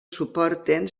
suporten